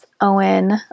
Owen